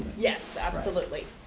yes, absolutely.